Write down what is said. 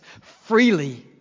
freely